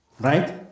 Right